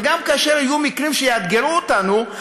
וגם כאשר יהיו מקרים שיאתגרו אותנו,